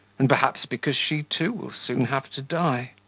and perhaps because she too will soon have to die.